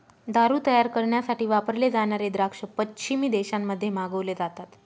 दारू तयार करण्यासाठी वापरले जाणारे द्राक्ष पश्चिमी देशांमध्ये मागवले जातात